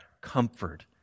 comfort